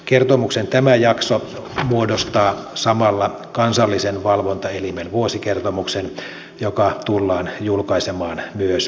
kertomuksen tämä jakso muodostaa samalla kansallisen valvontaelimen vuosikertomuksen joka tullaan julkaisemaan myös erikseen